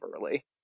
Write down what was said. early